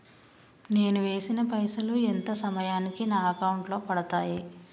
నేను వేసిన పైసలు ఎంత సమయానికి నా అకౌంట్ లో పడతాయి?